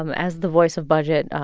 um as the voice of budget,